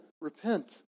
Repent